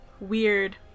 weird